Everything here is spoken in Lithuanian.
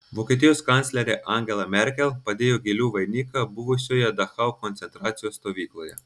vokietijos kanclerė angela merkel padėjo gėlių vainiką buvusioje dachau koncentracijos stovykloje